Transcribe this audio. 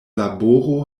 laboro